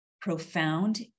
profound